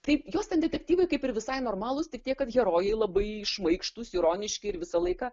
taip jos detektyvai kaip ir visai normalūs tik tiek kad herojai labai šmaikštūs ironiški ir visą laiką